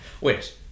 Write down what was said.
Wait